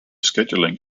scheduling